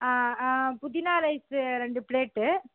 புதினா ரைஸ் ரெண்டு ப்ளேட்